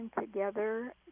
together